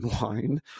wine